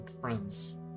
friends